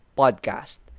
podcast